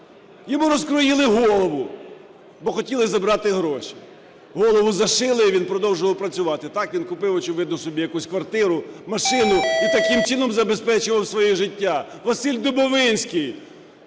Йому розкроїли голову, бо хотіли забрати гроші. Голову зашили, і він продовжував працювати. Так він купив, очевидно, собі якусь квартиру, машину і таким чином забезпечував своє життя. Василь Дубовинський,